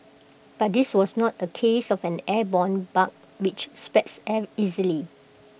but this was not A case of an airborne bug which spreads air easily